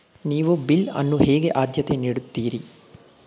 ನೀವು ಬಿಲ್ ಅನ್ನು ಹೇಗೆ ಆದ್ಯತೆ ನೀಡುತ್ತೀರಿ?